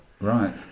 right